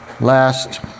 last